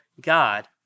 God